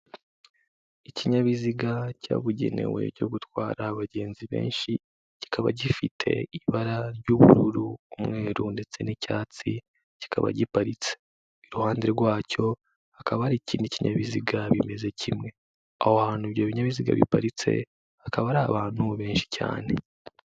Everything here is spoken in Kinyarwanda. Ikinyabiziga cyabugenewe cyo gutwara abagenzi benshi, kikaba gifite ibara ry'ubururu, umweru ndetse n'icyatsi kikaba giparitse, iruhande rwacyo hakaba hari ikindi kinyabiziga bimeze kimwe, aho hantu ibyo binyabiziga biparitse, hakaba hari abantu benshi cyane.